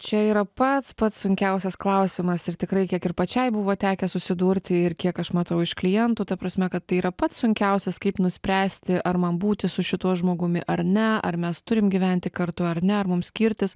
čia yra pats pats sunkiausias klausimas ir tikrai kiek ir pačiai buvo tekę susidurti ir kiek aš matau iš klientų ta prasme kad tai yra pats sunkiausias kaip nuspręsti ar man būti su šituo žmogumi ar ne ar mes turim gyventi kartu ar ne ar mum skirtis